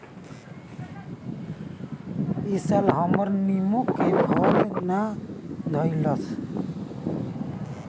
इ साल हमर निमो के फर ना धइलस